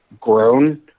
grown